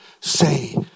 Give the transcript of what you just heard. say